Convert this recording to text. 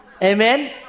Amen